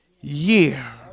year